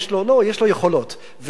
לא, יש לו יכולות.